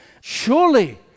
Surely